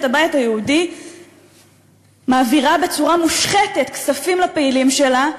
הבית היהודי מעבירה בצורה מושחתת כספים לפעילים שלה,